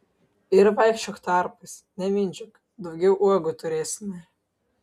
ir vaikščiok tarpais nemindžiok daugiau uogų turėsime